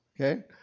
okay